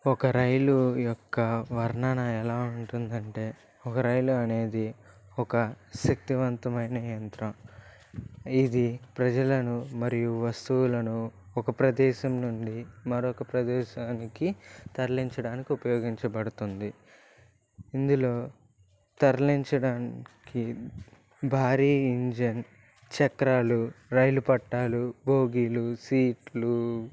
ఒక రైలు యొక్క వర్ణన ఎలా ఉంటుందంటే ఒక రైలు అనేది ఒక శక్తివంతమైన యంత్రం ఇది ప్రజలను మరియు వస్తువులను ఒక ప్రదేశం నుండి మరొక ప్రదేశానికి తరలించడానికి ఉపయోగించబడుతుంది ఇందులో తరలించడానికి భారీ ఇంజన్ చక్రాలు రైలు పట్టాలు బోగీలు సీట్లు